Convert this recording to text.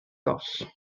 goll